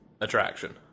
attraction